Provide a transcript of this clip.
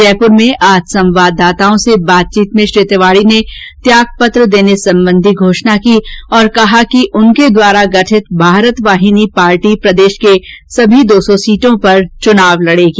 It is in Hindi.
जयपुर में आज संवाददताओं से बातचीत में श्री तिवाडी ने त्यागपत्र देने संबंधी घोषणा की और कहा कि उनके द्वारा गठित भारत वाहिनी पार्टी प्रदेश की सभी दो सौ सीटों पर चुनाव लडेगी